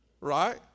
Right